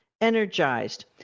energized